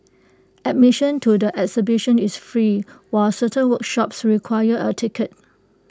admission to the exhibition is free while certain workshops require A ticket